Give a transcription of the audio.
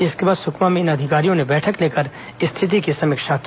इसके बाद सुकमा में इन अधिकारियों ने बैठक कर स्थिति की समीक्षा की